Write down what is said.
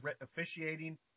officiating